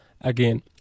Again